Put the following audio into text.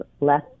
less